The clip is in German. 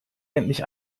endlich